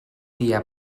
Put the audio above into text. dia